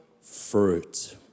fruit